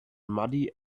muddy